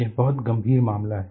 यह बहुत गंभीर मामला है